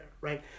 right